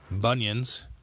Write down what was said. Bunions